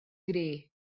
grey